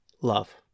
love